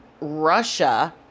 Russia